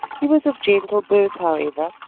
he was of gentle birth, however,